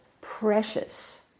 precious